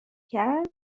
کرد